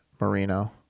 Marino